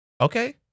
Okay